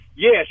Yes